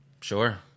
Sure